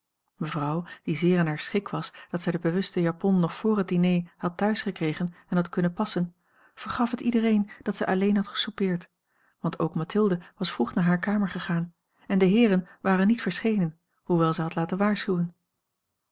mevrouw die zeer in haar schik was dat zij de bewuste japon nog vr het diner had thuis gekregen en had kunnen passen vergaf het iedereen dat zij alleen had gesoupeerd want ook mathilde was vroeg naar haar kamer gegaan en de heeren waren niet verschenen hoewel zij had laten waarschuwen